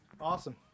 Awesome